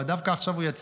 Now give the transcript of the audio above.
דווקא עכשיו הוא יצא,